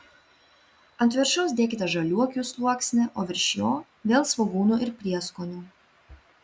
ant viršaus dėkite žaliuokių sluoksnį o virš jo vėl svogūnų ir prieskonių